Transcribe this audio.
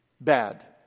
bad